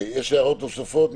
הערות נוספות?